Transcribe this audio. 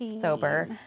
sober